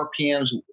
RPMs